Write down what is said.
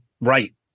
right